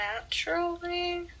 Naturally